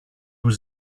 was